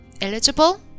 eligible